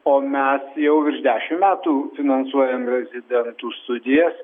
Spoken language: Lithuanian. o mes jau virš dešim metų finansuojam rezidentų studijas